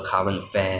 我就是